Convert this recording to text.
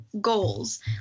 goals